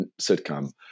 sitcom